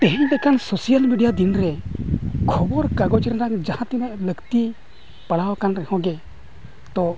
ᱛᱮᱦᱮᱧ ᱞᱮᱠᱟᱱ social media ᱫᱤᱱ ᱨᱮ ᱠᱷᱚᱵᱚᱨ ᱠᱟᱜᱚᱡᱽ ᱨᱮᱱᱟᱜ ᱡᱟᱦᱟᱸ ᱛᱤᱱᱟᱹᱜ ᱞᱟᱹᱠᱛᱤ ᱯᱟᱲᱟᱣ ᱠᱟᱱ ᱨᱮ ᱦᱚᱸ ᱜᱮ ᱛᱚ